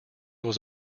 was